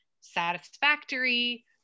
satisfactory